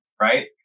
right